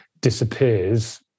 disappears